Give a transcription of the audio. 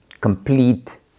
complete